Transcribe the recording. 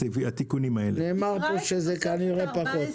כנראה פחות.